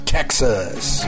Texas